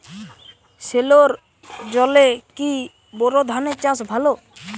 সেলোর জলে কি বোর ধানের চাষ ভালো?